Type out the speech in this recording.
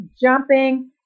jumping